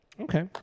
Okay